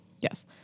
Yes